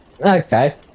Okay